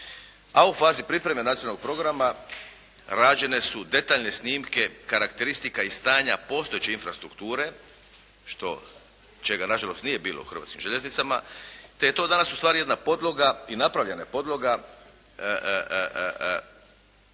a u fazi pripreme nacionalnog programa rađene su detaljne snimke karakteristika i stanja postojeće infrastrukture što, čega nažalost nije bilo u Hrvatskim željeznicama. Te je to danas ustvari jedna podloga i napravljena je podloga